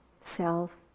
self